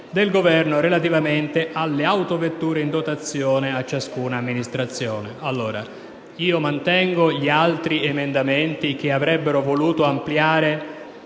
del Governo, relativamente alle autovetture in dotazione a ciascuna amministrazione. Mantengo quindi gli altri emendamenti, che avrebbero voluto ampliare